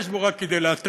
יש בו רק כדי להתריס,